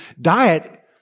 diet